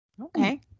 okay